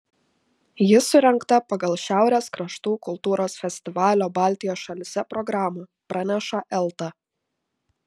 ji surengta pagal šiaurės kraštų kultūros festivalio baltijos šalyse programą praneša elta